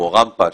כמו רמפה,